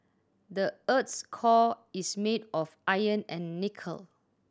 the earth's core is made of iron and nickel